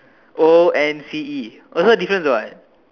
o N C E also difference what